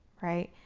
right.